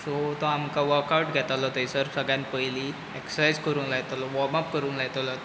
so तो आमकां workout घेतालो थंयसर सगळ्यान पयलीं एक्ससरसायज करूंक लायतालो वाॅर्माप करूंक लायतालो